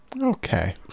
Okay